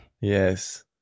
Yes